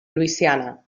louisiana